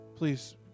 please